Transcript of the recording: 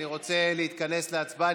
אני רוצה להתכנס להצבעה.